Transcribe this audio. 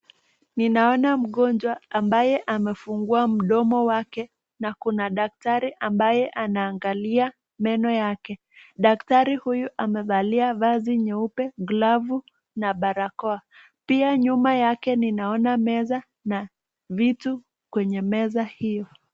Ninaona mgonjwa ambaye amefungua mdomo wake na kuna daktari ambaye anaangalia meno yake. Daktari huyu amevalia vazi nyeupe, glavu na barakoa. Pia nyuma yake ninaona meza na vitu kwenye meza hiyo.